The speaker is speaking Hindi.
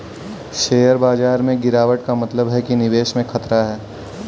शेयर बाजार में गिराबट का मतलब है कि निवेश में खतरा है